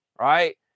Right